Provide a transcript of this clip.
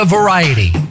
Variety